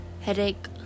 headache